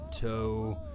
toe